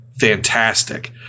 fantastic